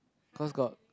cause got